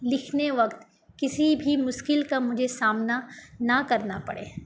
لکھنے وقت کسی بھی مشکل کا مجھے سامنا نہ کرنا پڑے